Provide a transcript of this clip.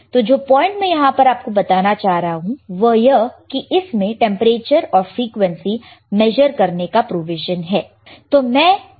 तो जो पॉइंट में यहां पर आपको बताना चाह रहा हूं वह यह कि इसमें टेंपरेचर और फ्रीक्वेंसी मेजर करने का प्रोविजन है